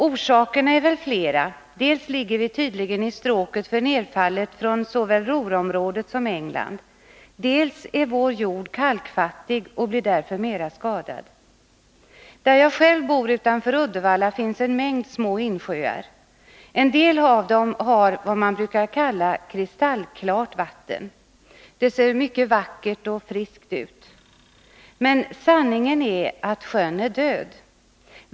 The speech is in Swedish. Orsakerna är flera: dels ligger vi tydligen i stråket för nedfallet från såväl Ruhrområdet som England, dels är vår jord kalkfattig och blir därför mera skadad. Där jag själv bor, utanför Uddevalla, finns en mängd små insjöar. En del av dem har vad man brukar kalla kristallklart vatten. Det ser mycket vackert och friskt ut. Men sanningen är att sjön är död.